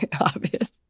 Obvious